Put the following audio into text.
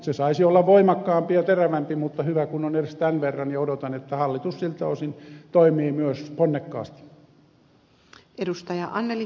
se saisi olla voimakkaampi ja terävämpi mutta hyvä kun on edes tämän verran joten odotan että hallitus siltä osin toimii myös ponnekkaasti